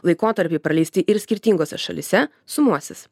laikotarpiai praleisti ir skirtingose šalyse sumuosis